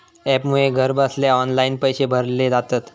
ॲपमुळे घरबसल्या ऑनलाईन पैशे भरले जातत